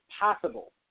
possible